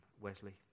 Wesley